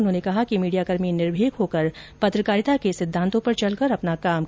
उन्होंने कहा कि मीडियाकर्मी निर्भिक होकर पत्रकारिता के सिद्धान्तों पर चलकर अपना काम करें